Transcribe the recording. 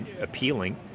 appealing